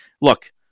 look